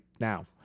now